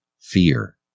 Fear